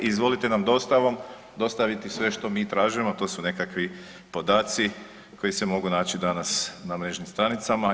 Izvolite nam dostavom dostaviti sve što mi tražimo to su nekakvi podaci koji se mogu naći danas na mrežnim stranicama.